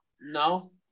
No